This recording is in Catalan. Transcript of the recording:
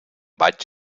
vaig